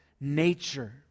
nature